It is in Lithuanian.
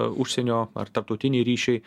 užsienio ar tarptautiniai ryšiai